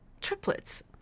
triplets